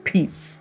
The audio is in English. Peace